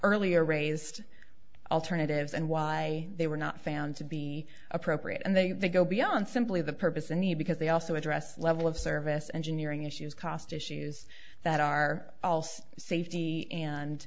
earlier raised alternatives and why they were not found to be appropriate and they go beyond simply the purpose and the because they also address level of service engineering issues cost issues that are also safety and